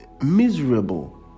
miserable